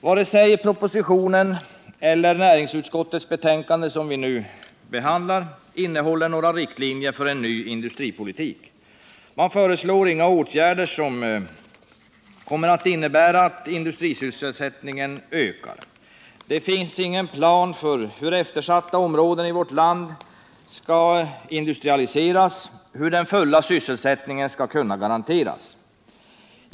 Varken propositionen eller näringsutskottets betänkande nr 59 som vi nu behandlar innehåller några riktlinjer för en ny industripolitik. Man föreslår inga åtgärder som innebär att industrisysselsättningen ökar. Det finns ingen plan för hur eftersatta områden i vårt land skall industrialiseras eller för hur den fulla sysselsättningen skall kunna garanteras.